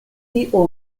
tio